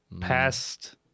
Past